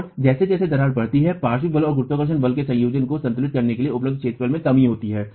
और जैसे जैसे दरार बढ़ती है पार्श्व बलों और गुरुत्वाकर्षण बलों के संयोजन को संतुलित करने के लिए उपलब्ध क्षेत्रफल में कमी होती है